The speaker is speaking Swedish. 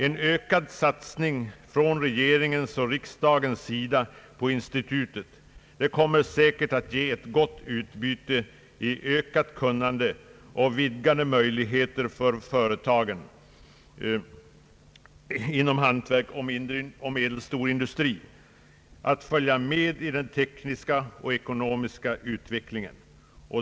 En ökad satsning från regeringen och riksdagen på institutet kommer säkert att ge ett gott utbyte i form av ökat kunnande och vidgade möjligheter för företagen inom hantverk och mindre och medelstor industri att följa med i den tekniska och SR ekonomiska utvecklingen.